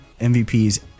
MVPs